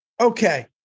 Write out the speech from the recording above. okay